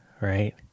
Right